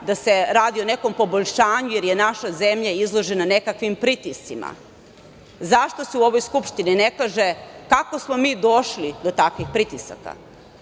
da se radi o nekom poboljšanju, jer je naša zemlja izložena nekakvim pritiscima. Zašto se u ovoj Skupštini ne kaže kako smo mi došli do takvih pritisaka?